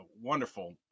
wonderful